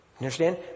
understand